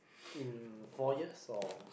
in four years or